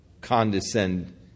condescend